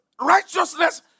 righteousness